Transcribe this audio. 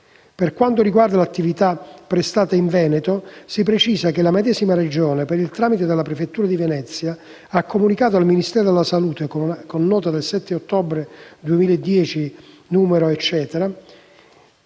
Per quanto riguarda l'attività prestata in Veneto, si precisa che la medesima Regione, per il tramite della prefettura di Venezia, ha comunicato al Ministero della salute che, con nota del 7 ottobre 2010, «sono state